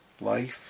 Life